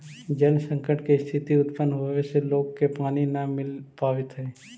जल संकट के स्थिति उत्पन्न होवे से लोग के पानी न मिल पावित हई